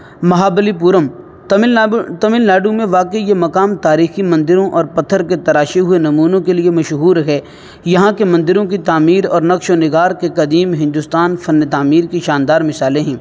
مہابلی پورم تمل تمل ناڈو میں واقع یہ مقام تاریخی مندروں اور پتھر کے تراشے ہوئے نمونوں کے لیے مشہور ہے یہاں کے مندروں کی تعمیر اور نقش و نگار کے قدیم ہندوستان فن تعمیر کی شاندار مثالیں ہیں